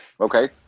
Okay